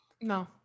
No